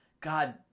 God